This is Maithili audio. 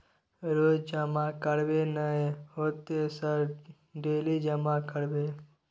रोज जमा करबे नए होते सर डेली जमा करैबै?